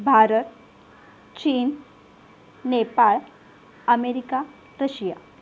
भारत चीन Nepal America Russia